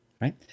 right